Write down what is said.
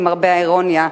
למרבה האירוניה,